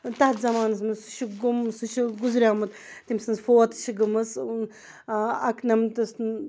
تَتھ زمانَس منٛز سُہ چھُ گوٚمُت سُہ چھُ گُزریٛومُت تٔمۍ سٕنٛز فوت چھِ گٔمٕژ اَکہٕ نَمتَس